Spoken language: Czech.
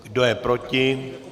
Kdo je proti?